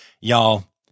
Y'all